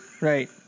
Right